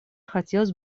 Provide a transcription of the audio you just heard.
хотелось